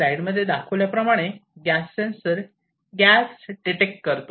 स्लाईडमध्ये दाखवल्या प्रमाणे गॅस सेंसर गॅस डिटेक्ट करतो